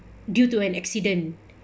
due to an accident